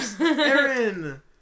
Aaron